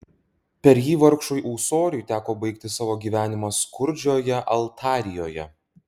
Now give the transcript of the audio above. per jį vargšui ūsoriui teko baigti savo gyvenimą skurdžioje altarijoje